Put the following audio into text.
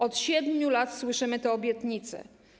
Od 7 lat słyszymy te obietnice.